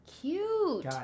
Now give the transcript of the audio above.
cute